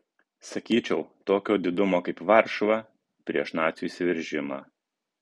sakyčiau tokio didumo kaip varšuva prieš nacių įsiveržimą